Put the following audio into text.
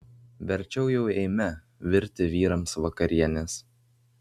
verčiau jau eime virti vyrams vakarienės